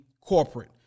corporate